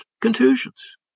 contusions